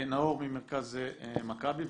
נאור ממרכז מכבי,